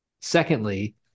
secondly